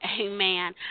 Amen